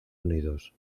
unidos